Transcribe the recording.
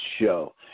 show